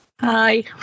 Hi